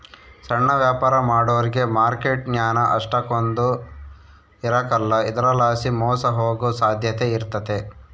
ಸಣ್ಣ ವ್ಯಾಪಾರ ಮಾಡೋರಿಗೆ ಮಾರ್ಕೆಟ್ ಜ್ಞಾನ ಅಷ್ಟಕೊಂದ್ ಇರಕಲ್ಲ ಇದರಲಾಸಿ ಮೋಸ ಹೋಗೋ ಸಾಧ್ಯತೆ ಇರ್ತತೆ